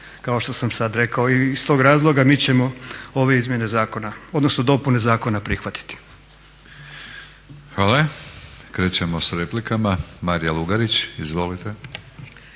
kao što sam sada rekao. I iz tog razloga mi ćemo ove izmjene zakona, odnosno dopune zakona prihvatiti. **Batinić, Milorad (HNS)** Hvala. Krećemo sa replikama Marija Lugarić, izvolite.